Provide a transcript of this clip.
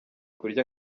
kurya